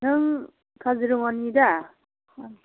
नों काजिरङानि दा